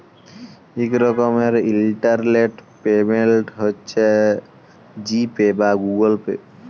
ইক রকমের internet payment হছে জি পে বা গুগল পে